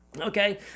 Okay